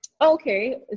Okay